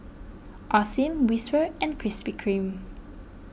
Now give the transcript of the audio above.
Osim Whisper and Krispy Kreme